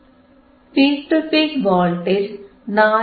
നോക്കൂ peak to peak voltage 4